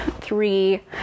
three